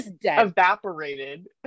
evaporated